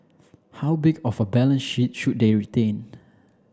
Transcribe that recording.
how big of a balance sheet should they retain